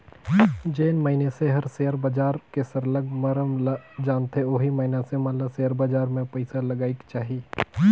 जेन मइनसे हर सेयर बजार के सरलग मरम ल जानथे ओही मइनसे मन ल सेयर बजार में पइसा लगाएक चाही